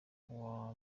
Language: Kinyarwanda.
uwa